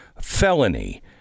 felony